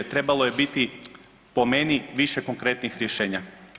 Trebalo je biti po meni više konkretnih rješenja.